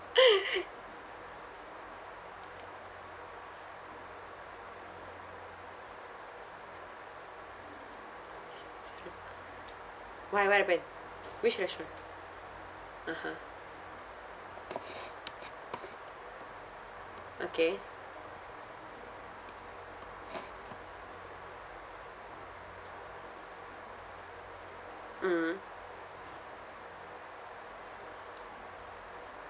why what happened which restaurant (uh huh) okay mm